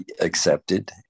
accepted